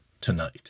tonight